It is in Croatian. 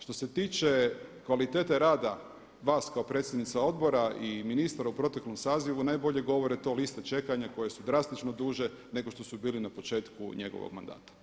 Što se tiče kvalitete rada vas kao predsjednice Odbora i ministra u proteklom sazivu najbolje govore te liste čekanja koje su drastično duže nego što su bili na početku njegovog mandata.